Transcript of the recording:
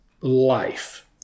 life